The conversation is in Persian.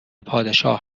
پادشاه